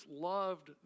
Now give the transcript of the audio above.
loved